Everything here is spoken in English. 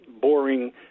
boring